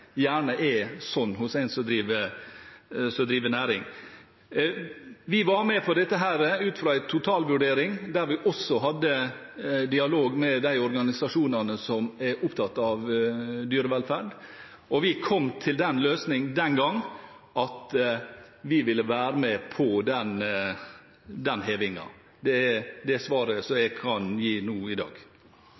gjerne er sånn hos en som driver næring. Vi var med på dette ut fra en totalvurdering, der vi også hadde dialog med de organisasjonene som er opptatt av dyrevelferd, og vi kom den gang til den løsning at vi ville være med på den hevingen. Det er det svaret jeg kan gi nå i dag.